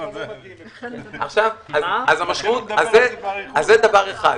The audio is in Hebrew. אז זה דבר אחד.